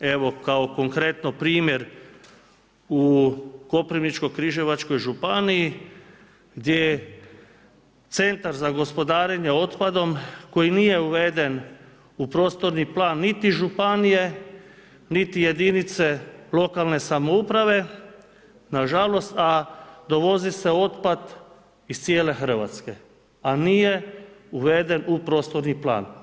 Evo, kao konkretno primjer, u Koprivničkoj križevačkoj županiji, gdje je centar za gospodarenje otpadom, koji nije uveden u prostorni plan niti županije niti jedinice lokalne samouprave, nažalost, a dovozi se otpad iz cijele Hrvatske, a nije naveden u prostorni plan.